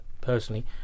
personally